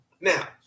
now